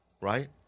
right